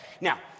Now